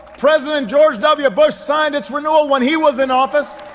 president george w. bush signed its renewal when he was in office.